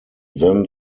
then